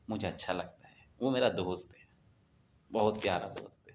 مجھے اچھا لگتا ہے وہ میرا دوست ہے بہت پیارا دوست ہے